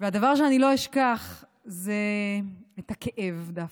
והדבר שאני לא אשכח זה את הכאב דווקא.